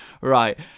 Right